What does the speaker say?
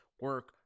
Work